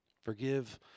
Forgive